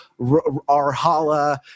Arhala